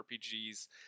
RPGs